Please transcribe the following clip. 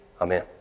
Amen